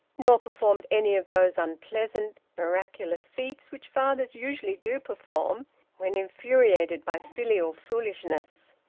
nor performed any of those unpleasant miraculous feats which fathers usually do perform when infuriated by filial foolishness.